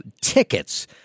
tickets